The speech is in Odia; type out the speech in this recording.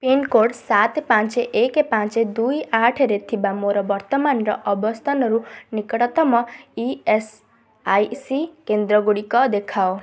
ପିନ୍କୋଡ଼୍ ସାତ ପାଞ୍ଚ ଏକ ପାଞ୍ଚ ଦୁଇ ଆଠରେ ଥିବା ମୋର ବର୍ତ୍ତମାନର ଅବସ୍ଥାନରୁ ନିକଟତମ ଇ ଏସ୍ ଆଇ ସି କେନ୍ଦ୍ରଗୁଡ଼ିକ ଦେଖାଅ